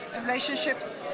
relationships